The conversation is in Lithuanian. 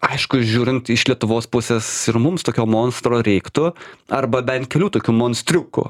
aišku žiūrint iš lietuvos pusės ir mums tokio monstro reiktų arba bent kelių tokių monstriukų